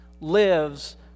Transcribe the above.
lives